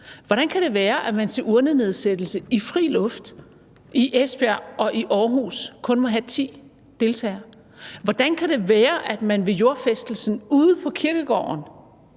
Hvordan kan det være, at der til urnenedsættelse i fri luft i Esbjerg og i Aarhus kun må være 10 deltagere? Hvordan kan det være, at der ved jordfæstelsen ude på kirkegården